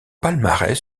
palmarès